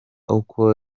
uko